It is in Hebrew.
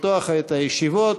לפתוח את הישיבות